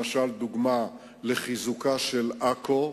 כמו למשל סיוע מיוחד לחיזוקה של עכו,